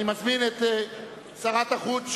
אני מזמין את שרת החוץ,